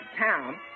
town